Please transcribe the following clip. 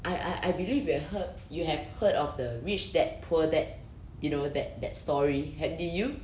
I I I believe we have heard you have heard of the rich dad poor dad you know that that story had did you